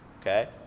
okay